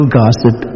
gossip